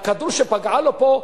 הכדור פגע בו פה.